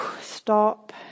stop